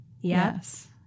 Yes